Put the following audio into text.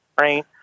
right